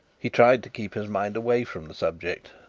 he tried to keep his mind away from the subject,